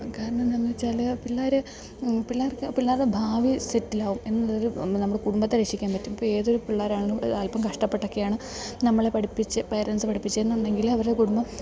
കാരണം എന്താന്ന് വെച്ചാൽ പിള്ളേർ പിള്ളേർക്ക് പിള്ളേരുടെ ഭാവി സെറ്റിലാവും എന്ന ഒരു നമ്മൾ കുടുംബത്തെ രക്ഷിക്കാൻ പറ്റും ഇപ്പം ഏതൊരു പിള്ളേരാണ് അൽപ്പം കഷ്ടപ്പെട്ടക്കെയാണ് നമ്മളെ പഠിപ്പിച്ച് പെരൻറ്റ്സ് പഠിപ്പിച്ചെന്നുണ്ടെങ്കിൽ അവർ കുടുംബം